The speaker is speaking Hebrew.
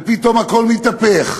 ופתאום הכול מתהפך.